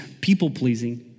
people-pleasing